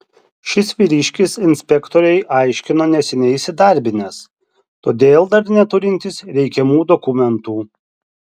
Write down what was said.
šis vyriškis inspektorei aiškino neseniai įsidarbinęs todėl dar neturintis reikiamų dokumentų